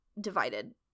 divided